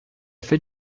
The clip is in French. fait